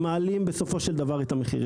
הם מעלים בסופו של דבר את המחיר.